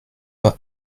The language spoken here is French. pas